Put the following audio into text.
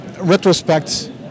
retrospect